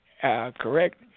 correct